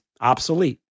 obsolete